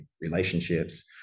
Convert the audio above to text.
relationships